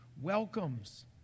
welcomes